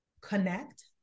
Connect